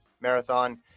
marathon